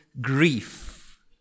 grief